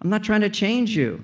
i'm not trying to change you.